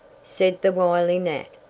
said the wily nat.